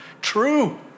true